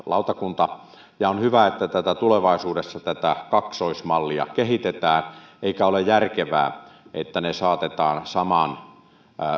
lautakunta on hyvä että tulevaisuudessa tätä kaksoismallia kehitetään eikä ole järkevää että ne saatetaan saman